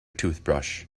toothbrush